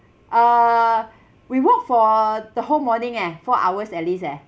uh we walked for the whole morning eh four hours at least leh